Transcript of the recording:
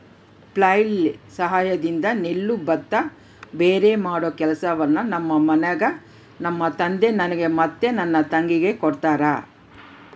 flail ಸಹಾಯದಿಂದ ನೆಲ್ಲು ಭತ್ತ ಭೇರೆಮಾಡೊ ಕೆಲಸವನ್ನ ನಮ್ಮ ಮನೆಗ ನಮ್ಮ ತಂದೆ ನನಗೆ ಮತ್ತೆ ನನ್ನ ತಂಗಿಗೆ ಕೊಡ್ತಾರಾ